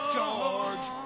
George